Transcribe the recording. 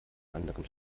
anderen